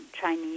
Chinese